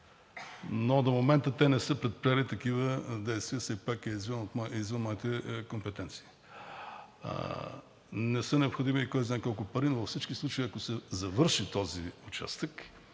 Но до момента те не са предприели такива действия. Все пак е извън моите компетенции. Не са необходими кой знае колко пари, но във всички случаи, ако се завърши този участък,